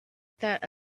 thought